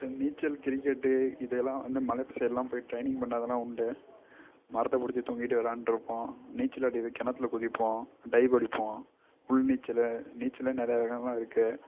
இந்த நீச்சல் கிரிக்கெட்டு இதெல்லாம் வந்து மலை சைடெலாம் போய் ட்ரெயினிங் பண்ணதெலாம் உண்டு மரத்தை பிடிச்சு தொங்கிகிட்டே விளாண்டுருக்கோம் நீச்சல் அடி கிணத்துல குதிப்போம் டைவ் அடிப்போம் உள் நீச்சல் நீச்சலேயே நிறையா ரகம்லாம் இருக்குது